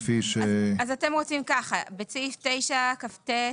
אתם רוצים לומר בסעיף 9כט: